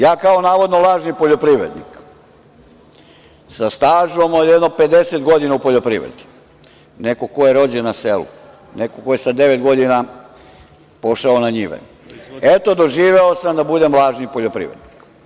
Ja, kao navodno lažni poljoprivrednik, sa stažom od jedno 50 godina u poljoprivredi, neko ko je rođen na selu, neko ko je sa devet godina pošao na njive, eto, doživeo sam da budem lažni poljoprivrednik.